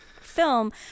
film